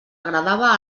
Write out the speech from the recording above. agradava